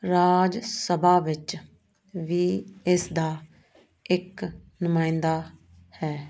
ਰਾਜ ਸਭਾ ਵਿੱਚ ਵੀ ਇਸ ਦਾ ਇੱਕ ਨੁਮਾਇੰਦਾ ਹੈ